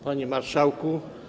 Panie Marszałku!